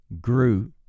grew